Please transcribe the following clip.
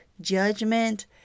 judgment